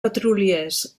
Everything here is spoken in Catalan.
petroliers